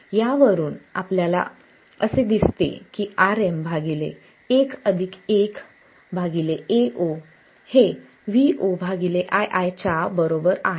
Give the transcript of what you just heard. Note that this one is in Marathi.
यावरून आपल्याला असे दिसते की Rm 1 1 Ao हे Vo ii च्या बरोबर आहे